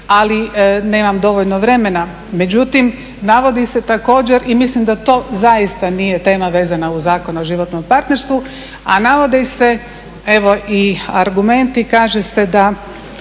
ali nemam dovoljno vremena. Međutim, navodi se također i mislim da to zaista nije tema vezana uz Zakon o životnom partnerstvu, a navodi se, evo, i argumenti, kaže se da